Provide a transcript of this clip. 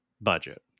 budget